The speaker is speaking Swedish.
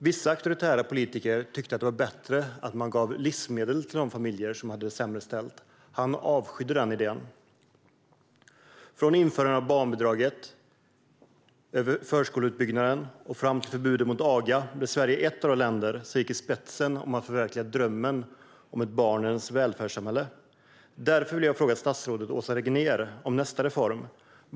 Vissa auktoritära politiker tyckte att det var bättre att ge livsmedel till de familjer som hade det sämre ställt. Gustav Möller avskydde den idén. Från införandet av barnbidraget och förskoleutbyggnaden fram till förbudet mot aga har Sverige varit ett av de länder som gått i spetsen för att förverkliga drömmen om ett barnens välfärdssamhälle. Därför vill jag fråga statsrådet Åsa Regnér om nästa reform.